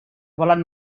volen